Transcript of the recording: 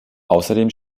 außerdem